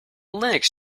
linux